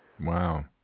Wow